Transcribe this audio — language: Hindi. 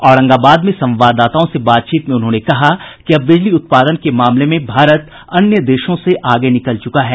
औरंगाबाद में संवाददाताओं से बातचीत में उन्होंने कहा कि अब बिजली उत्पादन के मामले में भारत अन्य देशों से आगे निकल चुका है